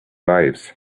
lives